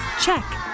Check